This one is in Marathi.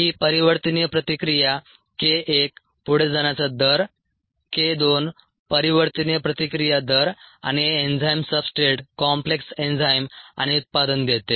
ही परिवर्तनीय प्रतिक्रिया k 1 पुढे जाण्याचा दर k 2 परिवर्तनीय प्रतिक्रिया दर आणि एन्झाइम सब्सट्रेट कॉम्प्लेक्स एन्झाइम आणि उत्पादन देते